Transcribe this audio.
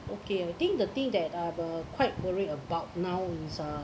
okay I think the thing that uh other quite worried about now is uh